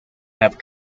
have